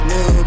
New